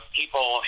people